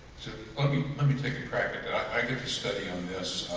i mean let me take a crack at that. i did study on this.